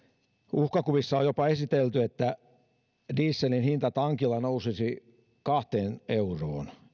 uhkakuvissa on jopa esitelty että dieselin hinta tankilla nousisi kahteen euroon